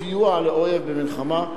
סיוע לאויב במלחמה,